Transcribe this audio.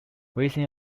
within